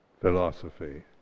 philosophy